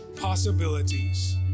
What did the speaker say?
possibilities